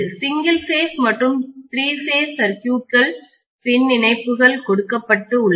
single phase மற்றும் three phase சர்க்யூட்கள் பின்னிணைப்புகளில் கொடுக்கப்பட்டு உள்ளன